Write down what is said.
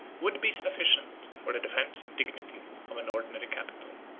would be sufficient for the defence and dignity of an ordinary capital.